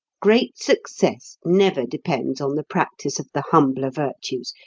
great success never depends on the practice of the humbler virtues,